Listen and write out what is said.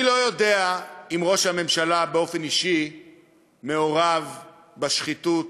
אני לא יודע אם ראש הממשלה באופן אישי מעורב בשחיתות